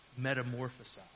metamorphosize